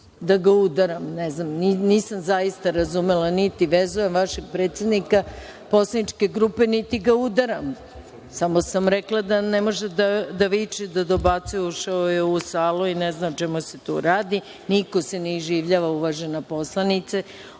da ga udaram? Ne znam, nisam zaista razumela. Niti vezujem vašeg predsednika poslaničke grupe, niti ga udaram. Rekla sam da ne može da viče i da dobacuje. Ušao je u salu i ne zna o čemu se tu radi. Niko se ne iživljava, uvažena poslanice.